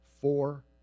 four